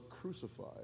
crucified